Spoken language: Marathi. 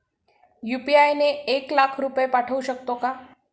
यु.पी.आय ने एक लाख रुपये पाठवू शकतो का?